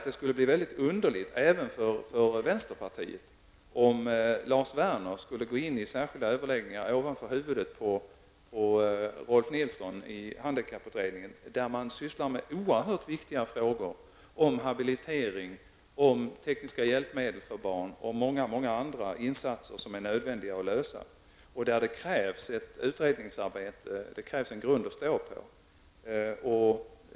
Det skulle vara mycket underligt även för vänsterpartiet om Lars Werner skulle gå in i särskilda överläggningar över huvudet på Rolf L Nilson i handikapputredningen, där man sysslar med oerhört viktiga frågor om habilitering, om tekniska hjälpmedel för barn och många andra insatser som är nödvändiga att göra och där det krävs ett utredningsarbete, en grund att stå på.